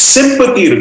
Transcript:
Sympathy